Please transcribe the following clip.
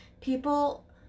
people